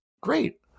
great